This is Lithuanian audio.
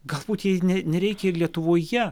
galbūt jai nereikia ir lietuvoje